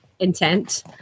intent